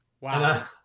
Wow